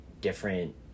different